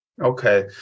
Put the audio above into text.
Okay